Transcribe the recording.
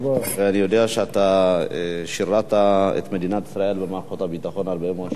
אני יודע שאתה שירתת את מדינת ישראל במערכות הביטחון הרבה מאוד שנים,